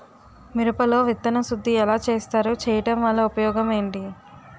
మిరప లో విత్తన శుద్ధి ఎలా చేస్తారు? చేయటం వల్ల ఉపయోగం ఏంటి?